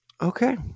Okay